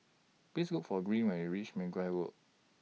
Please Look For Green when YOU REACH Mergui Road